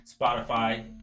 Spotify